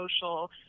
social